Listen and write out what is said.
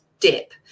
Dip